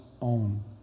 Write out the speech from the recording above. own